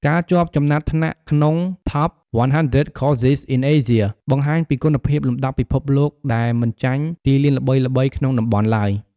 ការជាប់ចំណាត់ថ្នាក់ក្នុង "Top 100 Courses in Asia" បង្ហាញពីគុណភាពលំដាប់ពិភពលោកដែលមិនចាញ់ទីលានល្បីៗក្នុងតំបន់ឡើយ។